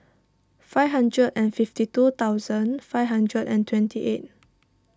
five hundred and fifty two thousand five hundred and twenty eight